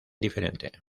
diferente